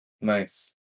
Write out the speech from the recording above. Nice